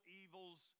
evils